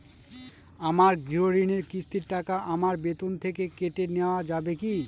আমার গৃহঋণের কিস্তির টাকা আমার বেতন থেকে কেটে নেওয়া যাবে কি?